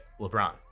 lebron